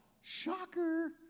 Shocker